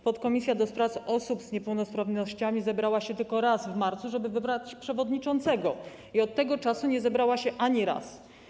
Podkomisja do spraw osób z niepełnosprawnościami zebrała się tylko raz w marcu, żeby wybrać przewodniczącego, i od tego czasu nie zebrała się ani razu.